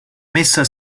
messa